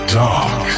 dark